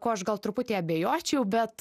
kuo aš gal truputį abejočiau bet